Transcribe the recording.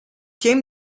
came